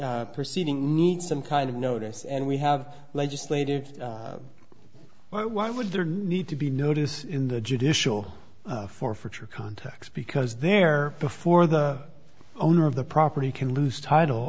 proceeding needs some kind of notice and we have legislative why why would there need to be notice in the judicial forfeiture contacts because there before the owner of the property can lose title